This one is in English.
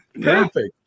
perfect